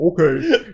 okay